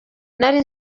nari